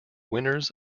winners